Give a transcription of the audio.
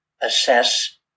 assess